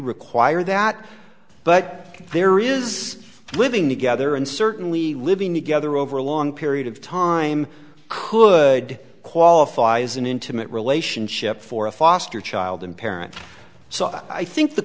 require that but there is living together and certainly living together over a long period of time could qualify as an intimate relationship for a foster child and parent so i think the